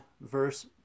verse